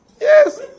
yes